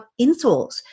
insoles